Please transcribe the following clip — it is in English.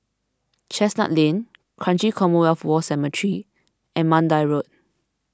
Chestnut Lane Kranji Commonwealth War Cemetery and Mandai Road